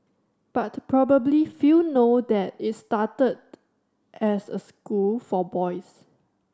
but probably few know that it started as a school for boys